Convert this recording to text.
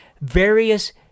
various